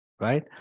right